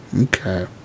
Okay